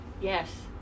Yes